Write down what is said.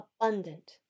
abundant